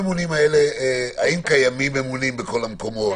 האם יש ממונים בכל המקומות?